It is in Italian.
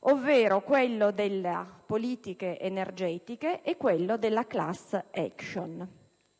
ovvero le politiche energetiche e la *class action*.